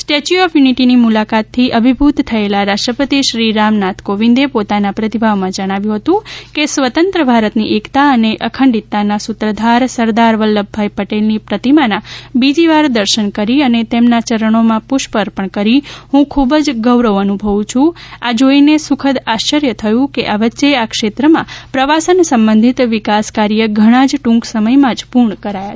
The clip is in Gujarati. સ્ટેચ્યુ ઓફ યુનિટીની મુલાકાતથી અભિભુત થયેલા રાષ્ટ્રપતિશ્રી રામનાથ કૉવિંદે પોતાનાં પ્રતિભાવમાં જણાવ્યું હતુ કે સ્વતંત્ર ભારતની એકતા અને અખંડતાના સુત્રધાર સરદાર વલ્લ્ભભાઇ પટેલની પ્રતિમાં બીજીવાર દર્શન કરી અને તેમનાં ચરણોમાં પુષ્પ અર્પણ કરીને હં ખુબ જ ગૌરવ અનુભવુ છું આ જોઇને સુઃખદ આશ્વર્ય થયું કે આ વચ્ચે આ ક્ષેત્રમાં પ્રવાસન સંબંધિત વિકાસકાર્ય ઘણા જ ટુંક સમયમાં જ પૂર્ણ કરાયા છે